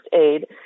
aid